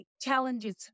challenges